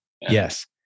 Yes